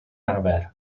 arfer